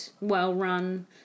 well-run